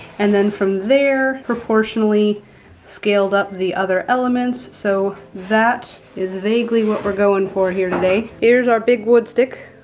and then from there, proportionally scaled up the other elements so that is vaguely what we're going for here today. here's our big wood stick.